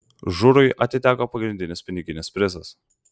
žurui atiteko pagrindinis piniginis prizas